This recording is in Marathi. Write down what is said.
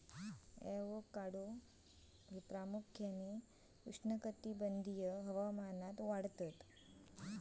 ॲवोकाडो प्रामुख्यान उष्णकटिबंधीय हवामानात वाढतत